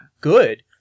good